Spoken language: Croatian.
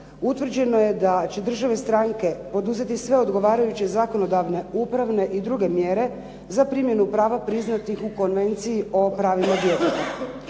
utvrđeno je da će države stranke poduzeti sve odgovarajuće zakonodavne, upravne i druge mjere za primjenu prava priznatih u konvenciji o pravima djeteta.